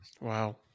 Wow